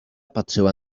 patrzyła